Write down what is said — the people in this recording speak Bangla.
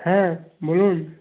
হ্যাঁ বলুন